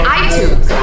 iTunes